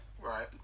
Right